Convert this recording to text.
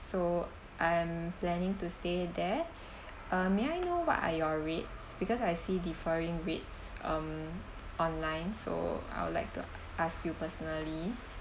so I'm planning to stay there uh may I know what are your rates because I see differing rates um online so I would like to ask you personally